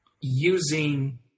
using